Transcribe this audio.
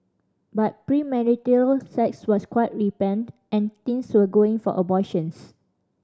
but premarital sex was quite rampant and teens were going for abortions